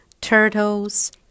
turtles